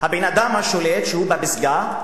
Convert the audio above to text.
הבן-אדם השולט שהוא בפסגה,